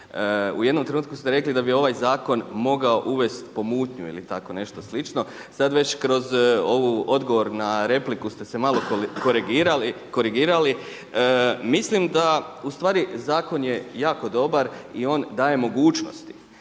U jednom trenutku ste rekli da bi ovaj zakon mogao uvest pomutnju ili tako nešto slično, sad već kroz ovaj odgovor na repliku ste se malo korigirali. Mislim da ustvari zakon je jako dobar i on daje mogućnost.